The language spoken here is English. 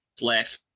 left